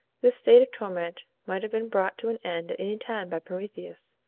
this state of torment might have been brought to an end at any time by prometheus,